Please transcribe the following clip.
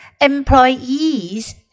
employees